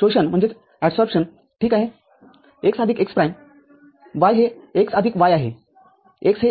शोषण ठीक आहे x आदिक x प्राईम y हे x आदिक y आहे x